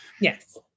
yes